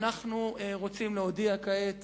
אנחנו רוצים להודיע כעת